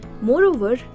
Moreover